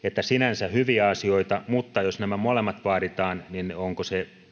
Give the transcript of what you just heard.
ovat sinänsä hyviä asioita mutta jos nämä molemmat vaaditaan niin onko se